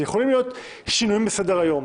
יכולים להיות שינויים בסדר-היום.